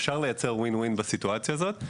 אפשר לייצר win-win בסיטואציה הזאת.